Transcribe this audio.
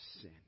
sin